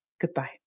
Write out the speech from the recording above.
Goodbye